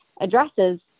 addresses